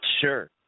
Sure